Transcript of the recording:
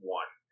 one